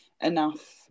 enough